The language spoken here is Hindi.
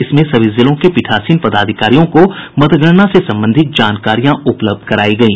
इसमें सभी जिलों के पीठासीन पदाधिकारियों को मतगणना से संबंधित जानकारियां उपलब्ध करायी गयी